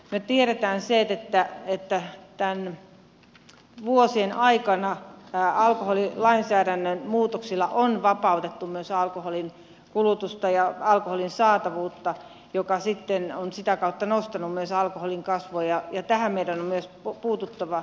me tiedämme sen että näiden vuosien aikana alkoholilainsäädännön muutoksilla on vapautettu myös alkoholinkulutusta ja alkoholin saatavuutta mikä sitten on sitä kautta nostanut myös alkoholinkäytön kasvua ja tähän meidän on myös puututtava